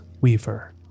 weaver